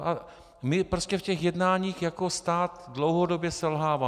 A my prostě v těch jednáních jako stát dlouhodobě selháváme.